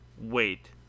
wait